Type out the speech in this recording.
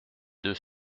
deux